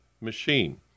machine